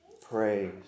praise